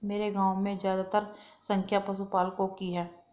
मेरे गांव में ज्यादातर संख्या पशुपालकों की है